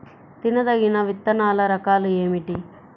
తినదగిన విత్తనాల రకాలు ఏమిటి?